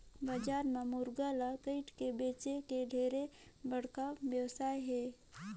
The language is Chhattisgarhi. बजार म मुरगा ल कायट के बेंचे के ढेरे बड़खा बेवसाय हे